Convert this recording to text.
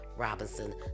Robinson